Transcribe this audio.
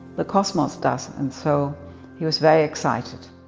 the cosmos does and so he was very excited.